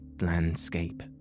landscape